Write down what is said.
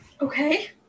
Okay